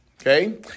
okay